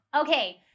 Okay